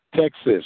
Texas